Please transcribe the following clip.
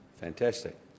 Fantastic